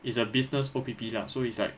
it's a business O_P_P lah so it's like